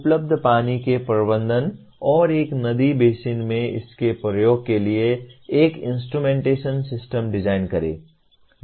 उपलब्ध पानी के प्रबंधन और एक नदी बेसिन में इसके उपयोग के लिए एक इंस्ट्रूमेंटेशन सिस्टम डिजाइन करें